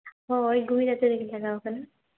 ᱚ ᱦᱳᱭ ᱜᱩᱦᱤ ᱟᱹᱛᱩ ᱨᱮᱜᱮ ᱞᱟᱜᱟᱣ ᱠᱟᱱᱟ